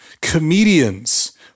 comedians